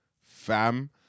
Fam